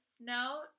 note